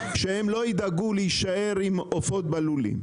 שהם לא ידאגו להישאר עם עופות בלולים.